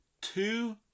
Two